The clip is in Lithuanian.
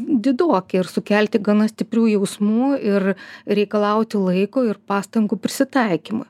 didoki ir sukelti gana stiprių jausmų ir reikalauti laiko ir pastangų prisitaikymui